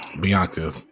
Bianca